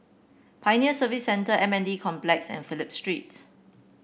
Pioneer Service Centre M N D Complex and Phillip Street